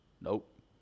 Nope